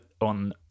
on